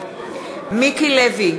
מיקי לוי,